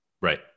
Right